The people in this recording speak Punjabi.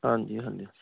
ਹਾਂਜੀ ਹਾਂਜੀ